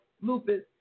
lupus